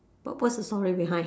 but what's the story behind